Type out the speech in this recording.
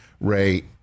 Ray